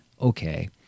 okay